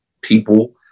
people